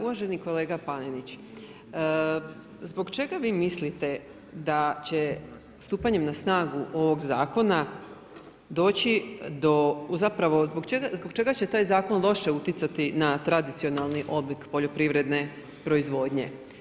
Uvaženi kolega Panenić, zbog čega vi mislite da će stupanjem na snagu ovog zakona doći do, zapravo zbog čega će taj zakon loše utjecati na tradicionalni oblik poljoprivredne proizvodnje.